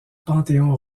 panthéon